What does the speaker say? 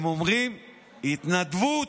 הם אומרים: התנדבות.